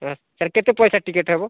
ଓ sir କେତେ ପଇସା ticket ହେବ